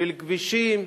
של כבישים,